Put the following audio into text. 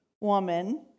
woman